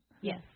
Yes